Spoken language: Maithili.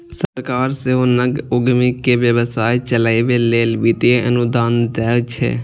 सरकार सेहो नव उद्यमी कें व्यवसाय चलाबै लेल वित्तीय अनुदान दै छै